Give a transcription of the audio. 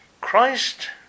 Christ